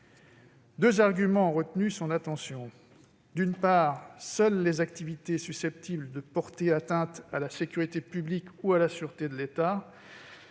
Deux arguments ont retenu son attention. D'une part, seules les activités « susceptibles de porter atteinte à la sécurité publique ou à la sûreté de l'État